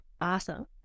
Awesome